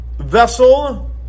vessel